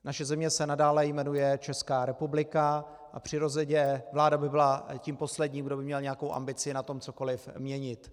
Naše země se nadále jmenuje Česká republika a přirozeně vláda by byla tím posledním, kdo by měl nějakou ambici na tom cokoliv měnit.